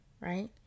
right